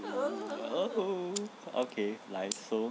oh okay 来 so